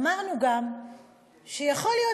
אמרנו גם שיכול להיות,